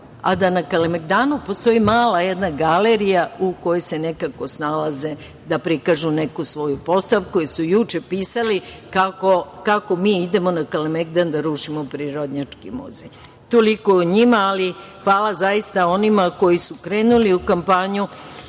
a da na Kalemegdanu postoji mala jedna galerija u kojoj se nekako snalaze da prikažu neku svoju postavku, jer su juče pisali kako mi idemo na Kalemegdan da rušimo Prirodnjački muzej. Toliko o njima, ali hvala zaista onima koji su krenuli u kampanju,